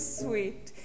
sweet